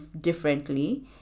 differently